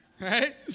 Right